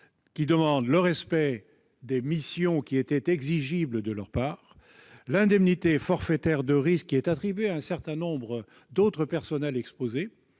demandent le respect des missions qui étaient exigibles d'eux, l'indemnité forfaitaire de risque qui est attribuée à un certain nombre de personnels exposés,